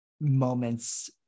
moments